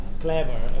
clever